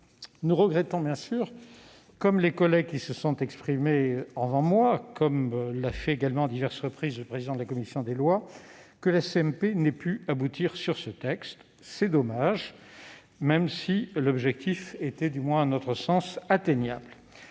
Nous regrettons bien sûr, comme les collègues qui se sont exprimés avant moi, comme l'a fait également à diverses reprises le président de la commission des lois, que la CMP n'ait pu aboutir sur ce texte. C'est dommage ; l'objectif était à notre sens atteignable.